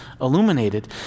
illuminated